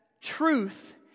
truth